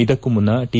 ಇದಕ್ಕೂ ಮುನ್ನ ಟಿ